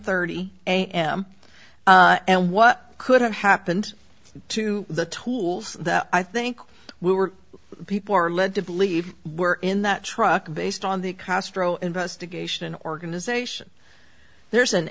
thirty am and what could have happened to the tools that i think we were people are led to believe were in that truck based on the castro investigation organization there's an